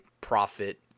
profit